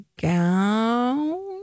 gown